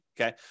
Okay